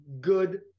good